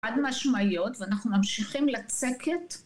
חד משמעיות, ואנחנו ממשיכים לצקת.